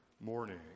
morning